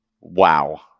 Wow